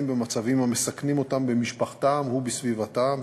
במצבים המסכנים אותם במשפחתם ובסביבתם,